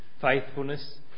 faithfulness